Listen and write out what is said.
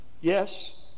Yes